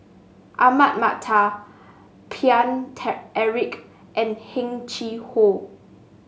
Ahmad Mattar Paine Eric and Heng Chee How